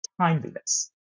timeliness